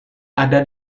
ada